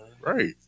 Right